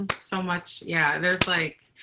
so much. yeah. there's like,